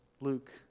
Luke